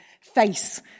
face